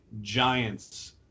Giants